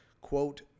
quote